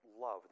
love